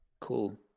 Cool